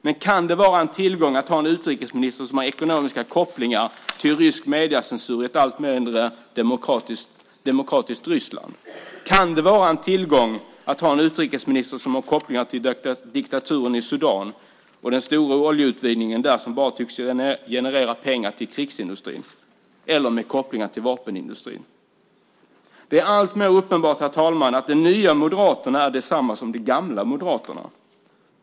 Men kan det vara en tillgång att ha en utrikesminister som har ekonomiska kopplingar till rysk mediecensur i ett allt mindre demokratiskt Ryssland? Kan det vara en tillgång att ha en utrikesminister som har kopplingar till diktaturen i Sudan och den stora oljeutvinningen där som tycks generera pengar bara till krigsindustrin eller som har kopplingar till vapenindustrin? Det är alltmer uppenbart att de nya moderaterna är desamma som de gamla moderaterna.